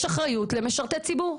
יש אחריות למשרתי ציבור.